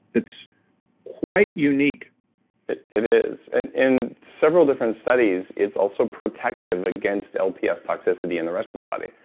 it's quite unique it it is, and in several different studies, it's also protective against lps toxicity in the rest of the body.